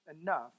enough